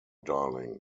darling